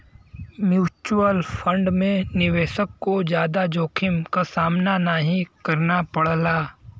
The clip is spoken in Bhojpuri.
म्यूच्यूअल फण्ड में निवेशक को जादा जोखिम क सामना नाहीं करना पड़ला